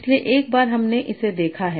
इसलिए एक बार हमने इसे देखा है